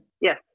Yes